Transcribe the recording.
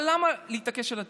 אבל למה להתעקש על התיקים?